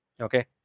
Okay